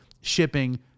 shipping